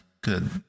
Good